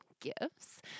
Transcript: gifts